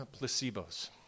placebos